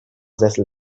sessel